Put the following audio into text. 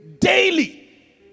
Daily